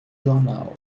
jornal